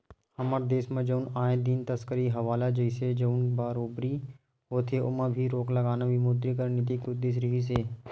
हमर देस म जउन आए दिन तस्करी हवाला जइसे जउन कारोबारी होथे ओमा भी रोक लगाना विमुद्रीकरन नीति के उद्देश्य रिहिस हे